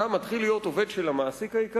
אתה מתחיל להיות עובד של המעסיק העיקרי,